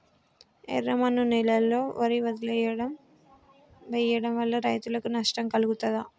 ఎర్రమన్ను నేలలో వరి వదిలివేయడం వల్ల రైతులకు నష్టం కలుగుతదా?